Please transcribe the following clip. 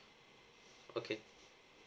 okay